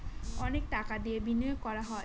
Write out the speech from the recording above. অনেক টাকা দিয়ে বিনিয়োগ করা হয়